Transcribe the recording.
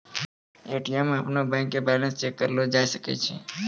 ATM मे अपनो bank के बैलेंस चेक करलो जाय सकै छै